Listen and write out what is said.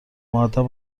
مودب